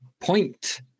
point